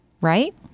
right